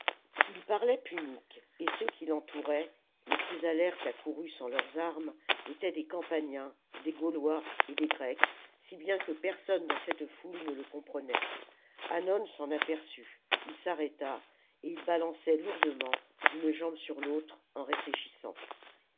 ii parlait punique et ceux qui l'entouraient les plus alertes accourus sans leurs armes étaient des campaniens des gaulois et des grecs si bien que personne dans cette foule ne le comprenait hannon s'en aperçut il s'arrêta et il se balançait lourdement d'une jambe sur l'autre en réfléchissant